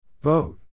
Vote